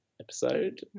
episode